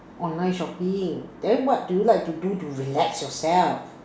online shopping then what do you like to do to relax yourself